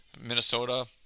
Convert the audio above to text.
Minnesota